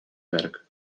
werk